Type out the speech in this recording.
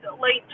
late